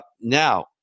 Now